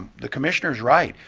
the commissioner is right.